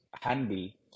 handy